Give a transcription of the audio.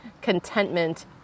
contentment